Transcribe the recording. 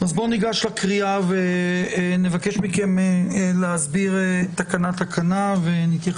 אני משבח את משרד המשפטים שהצליח להתקין תקנות לחוק בתוך